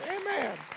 amen